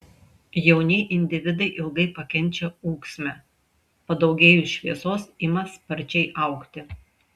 jauni individai ilgai pakenčia ūksmę padaugėjus šviesos ima sparčiai augti